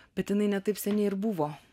bet jinai ne taip seniai ir buvo